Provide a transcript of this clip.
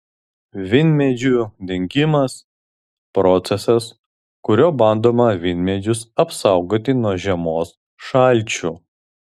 vynmedžių dengimas procesas kuriuo bandoma vynmedžius apsaugoti nuo žiemos šalčių